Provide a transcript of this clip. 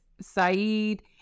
Saeed